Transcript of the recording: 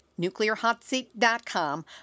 nuclearhotseat.com